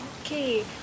Okay